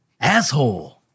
asshole